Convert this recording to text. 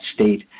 state